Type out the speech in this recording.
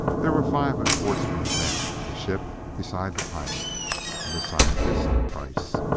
there were five of schwartzmann's men in the ship besides the pilot and the scientist, kreiss.